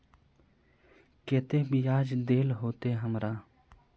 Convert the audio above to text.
केते बियाज देल होते हमरा?